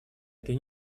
этой